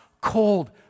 cold